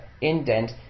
indent